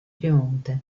piemonte